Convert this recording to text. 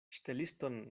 ŝteliston